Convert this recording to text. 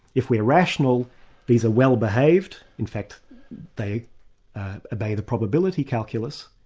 if we're rational these are well-behaved, in fact they obey the probability calculus,